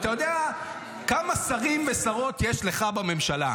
האם אתה יודע כמה שרים ושרות יש לך בממשלה?